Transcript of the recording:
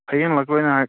ꯍꯌꯦꯡ ꯂꯥꯛꯇꯣꯏꯅꯦ